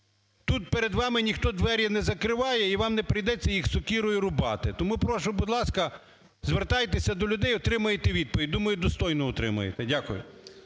Тут перед вами ніхто двері не закриває і вам не прийдеться їх сокирою рубати. Тому прошу, будь ласка, звертайтеся до людей і отримаєте відповідь, думаю, достойну отримаєте. Дякую.